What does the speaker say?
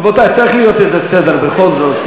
רבותי, צריך להיות איזה סדר בכל זאת.